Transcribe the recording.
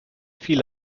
viele